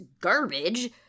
garbage